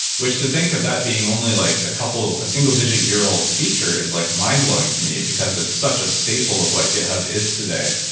which to think of that being only like a single digit-year-old feature is like mind blowing to me, because it's such a staple of what github is today.